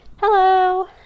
Hello